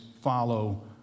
follow